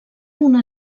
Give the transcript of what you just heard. una